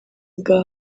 bwawe